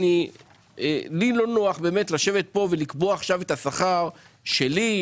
לי לא נוח לשבת פה ולקבוע את השכר שלי,